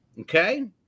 okay